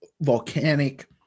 volcanic